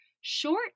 short